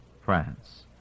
France